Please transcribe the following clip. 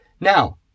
Now